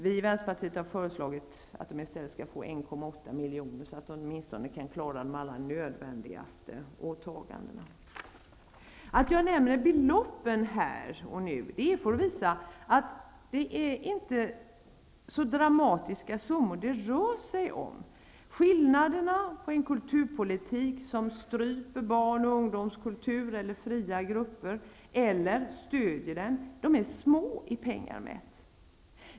Vi i Vänsterpartiet har föreslagit att de i stället skall få 1,8 miljoner, så att de åtminstone kan klara de allra nödvändigaste åtagandena. Att jag här och nu nämner beloppen beror på att jag vill visa att det inte rör sig om så dramatiska summor. Skillnaderna mellan en kulturpolitik som stryper barn och ungdomskultur eller fria grupper och en som stödjer dem är små i pengar mätt.